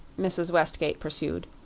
mrs. westgate pursued,